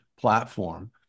platform